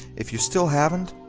if you still haven't,